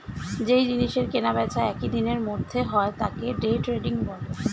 যেই জিনিসের কেনা বেচা একই দিনের মধ্যে হয় তাকে ডে ট্রেডিং বলে